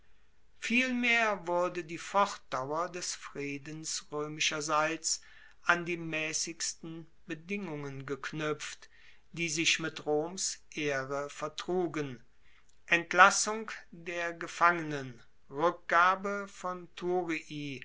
vielmehr wurde die fortdauer des friedens roemischerseits an die maessigsten bedingungen geknuepft die sich mit roms ehre vertrugen entlassung der gefangenen rueckgabe von thurii